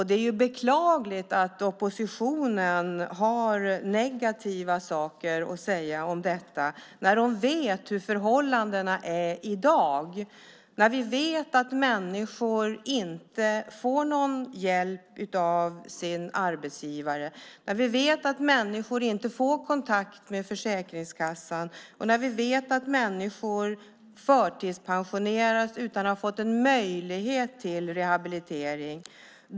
Det är beklagligt att oppositionen har negativa saker att säga om detta när man vet hur förhållandena är i dag. Vi vet att människor inte får någon hjälp av sin arbetsgivare. Vi vet att människor inte får kontakt med Försäkringskassan, och vi vet att människor förtidspensioneras utan att ha fått en möjlighet till rehabilitering.